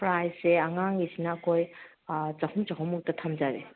ꯄ꯭ꯔꯥꯏꯁꯁꯦ ꯑꯉꯥꯡꯒꯤꯁꯤꯅ ꯑꯩꯈꯣꯏ ꯆꯍꯨꯝ ꯆꯍꯨꯝꯃꯨꯛꯇ ꯊꯝꯖꯔꯦ